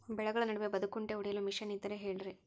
ಬೆಳೆಗಳ ನಡುವೆ ಬದೆಕುಂಟೆ ಹೊಡೆಯಲು ಮಿಷನ್ ಇದ್ದರೆ ಹೇಳಿರಿ